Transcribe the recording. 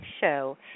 show